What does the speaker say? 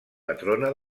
patrona